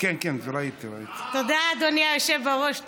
תודה, אדוני היושב-ראש.